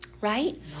right